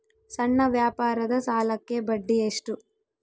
ಸಣ್ಣ ವ್ಯಾಪಾರದ ಸಾಲಕ್ಕೆ ಬಡ್ಡಿ ಎಷ್ಟು?